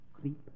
Creep